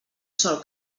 sol